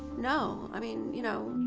no. i mean, you know,